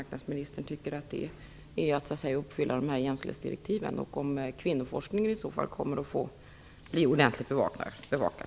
Kommer kvinnoforskningen i så fall att bli ordentligt bevakad?